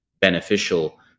beneficial